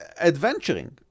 adventuring